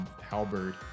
halberd